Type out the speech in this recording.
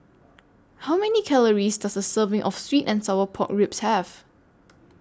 How Many Calories Does A Serving of Sweet and Sour Pork Ribs Have